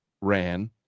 ran